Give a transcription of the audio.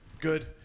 Good